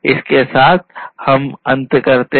इसी के साथ हम अंत करते हैं